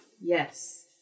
Yes